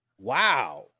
Wow